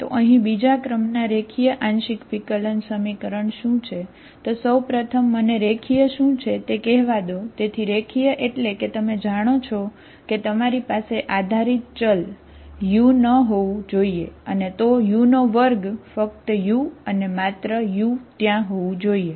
તો અહીં આંશિક uન હોવું જોઈએ અને તો u2 ફક્ત uઅને માત્ર uત્યાં હોવું જોઈએ